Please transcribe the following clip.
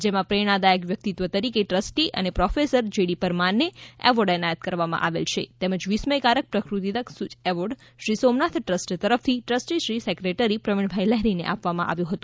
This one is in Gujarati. જેમાં પ્રેરણાદાયક વ્યક્તિત્વ તરીકે ટ્રસ્ટી અને પ્રોફેસર જે ડી પરમાર ને એવોર્ડ એનાયત કરવામાં આવેલ તેમજ વિસ્મયકારક પ્રકૃતિદત્ત સુઝ એવોર્ડ શ્રી સોમનાથ ટ્રસ્ટ તરફથી ટ્રસ્ટીશ્રી સેક્રેટરી શ્રી પ્રવીણભાઈ લહેરી ને આપવામાં આવ્યો હતો